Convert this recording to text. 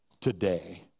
today